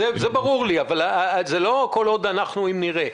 זה ברור לי, אבל זה לא "כל עוד אנחנו נראה".